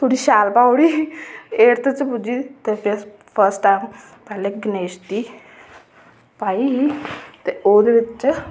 थोह्ड़ी शैल पाई ओड़ी ते एटथ च पुज्जी ते फर्स्ट टाइम गणेश दी पाई ही ते ओह्दे बिच